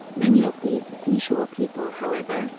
many of these sea-shore people however,